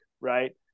right